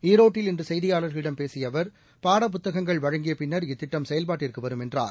ஈரோட்டில் இன்றுசெய்தியாளர்களிடம் பேசியஅவர் பாடப் புத்தகங்கள் வழங்கியபின்னர் இத்திட்டம் செயல்பாட்டுக்குவரும் என்றார்